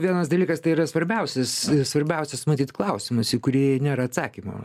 vienas dalykas tai yra svarbiausias svarbiausias matyt klausimas į kurį nėra atsakymo